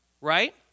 Right